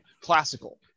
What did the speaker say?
classical